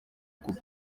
kopi